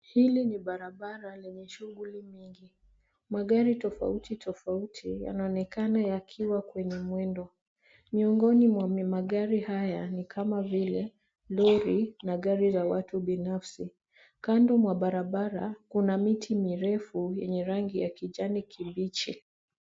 Hili ni barabara lenye shughuli nyingi. Magari tofauti tofauti yanaonekana yakiwa kwenye mwendo. Miongoni mwa magari haya ni kama vile lori na gari la watu binafsi. Kando mwa barabara kuna miti mirefu yenye rangi ya kijani kibichi.